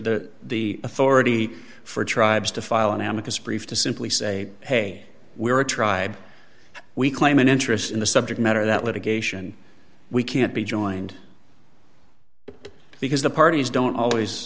to the authority for tribes to file an amicable brief to simply say hey we are a tribe we claim an interest in the subject matter that litigation we can't be joined because the parties don't always